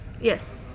Yes